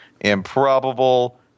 improbable